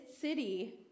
city